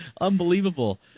Unbelievable